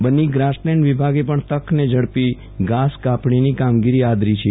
Banni grassland વિભાગે પણ તકને ઝડપી ઘાસ કાપણીની કામગીરી આદરી છે